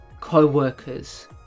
co-workers